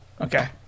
Okay